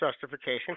Justification